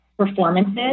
performances